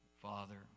Father